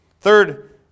Third